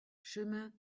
chemin